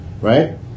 right